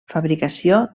fabricació